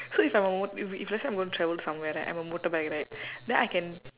so if I'm a mot~ if if let's say I'm going to travel somewhere right I'm a motorbike right then I can